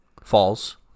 false